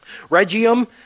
Regium